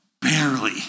barely